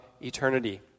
eternity